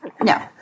No